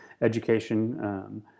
education